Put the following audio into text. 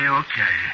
okay